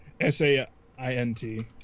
S-A-I-N-T